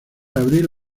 abril